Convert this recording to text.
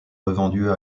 revendues